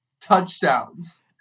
touchdowns